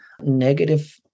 negative